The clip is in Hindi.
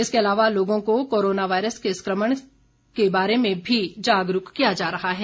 इसके अलावा लोगों को कोरोना वायरस के संक्रमण से जागरूक किया जा रहा है